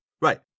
Right